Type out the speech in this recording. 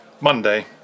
Monday